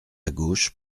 gauche